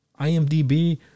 IMDb